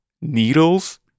needles